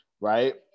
Right